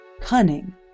cunning